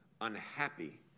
unhappy